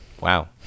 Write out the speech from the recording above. Wow